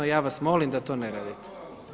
Ja vas molim da to ne radite.